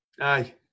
Aye